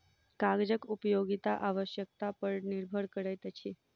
कागजक उपयोगिता आवश्यकता पर निर्भर करैत अछि